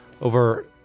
over